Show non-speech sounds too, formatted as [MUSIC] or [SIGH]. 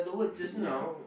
[LAUGHS] ya